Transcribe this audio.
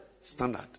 Standard